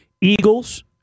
Eagles